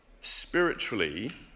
spiritually